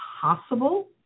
possible